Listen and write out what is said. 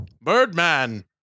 Birdman